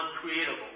uncreatable